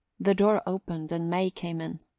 the door opened and may came in.